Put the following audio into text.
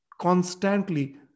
constantly